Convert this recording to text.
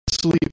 Sleep